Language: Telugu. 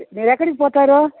మీరు ఎక్కడికి పోతారు